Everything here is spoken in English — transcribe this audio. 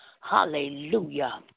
hallelujah